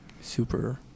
super